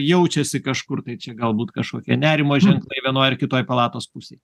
jaučiasi kažkur tai čia galbūt kažkokie nerimo ženklai vienoj ar kitoj palatos pusėj